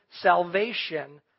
salvation